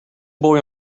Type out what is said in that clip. boy